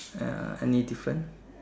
uh any different